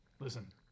Listen